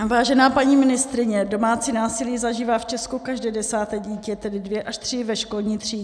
Vážená paní ministryně, domácí násilí zažívá v Česku každé desáté dítě, tedy dvě až tři ve školní třídě.